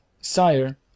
Sire